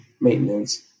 maintenance